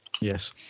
Yes